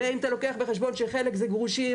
ואם אתה לוקח בחשבון שחלק זה גרושים,